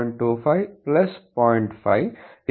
25 0